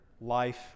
life